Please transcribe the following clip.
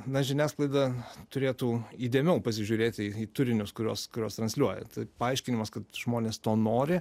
na žiniasklaida turėtų įdėmiau pasižiūrėti į turinius kuriuos kuriuos transliuoja tai paaiškinimas kad žmonės to nori